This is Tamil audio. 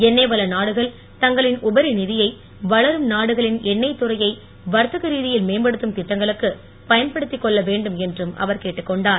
எண்ணெய் வள நாடுகள் தங்களின் உபரி நிதியை வளரும் நாடுகளின் எண்ணெய் துறையை வர்த்தக ரீதியில் மேம்படுத்தும் திட்டங்களுக்கு பயன்படுத்திக் கொள்ள வேண்டும் என்றும் அவர் கேட்டுக் கொண்டார்